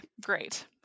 great